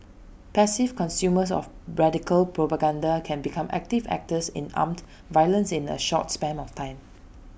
passive consumers of radical propaganda can become active actors in armed violence in A short span of time